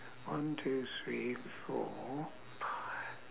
one two three four five